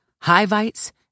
Hivites